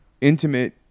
intimate